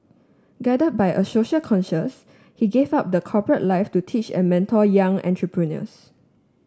guided by a social conscience he gave up the corporate life to teach and mentor young entrepreneurs